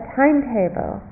timetable